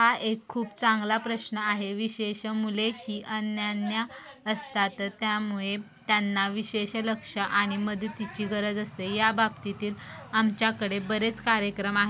हा एक खूप चांगला प्रश्न आहे विशेष मुले ही अनन्य असतात त्यामुळे त्यांना विशेष लक्ष आणि मदतीची गरज असते या बाबतीतील आमच्याकडे बरेच कार्यक्रम आ